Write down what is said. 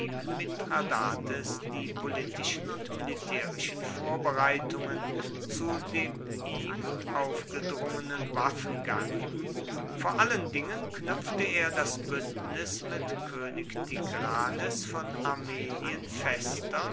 betrieb mithradates die politischen und militärischen vorbereitungen zu dem ihm aufgedrungenen waffengang vor allen dingen knüpfte er das bündnis mit könig tigranes von armenien fester